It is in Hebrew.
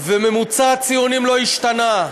ממוצע הציונים לא השתנה.